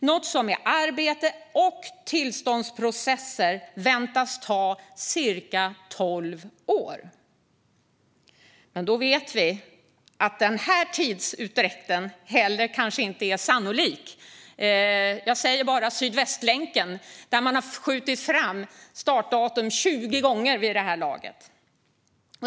Detta väntas med arbete och tillståndsprocesser ta cirka tolv år. Men då vet vi att den tidsuppgiften kanske inte är sannolik. Jag säger bara Sydvästlänken, där man vid det här laget har skjutit fram startdatum 20 gånger.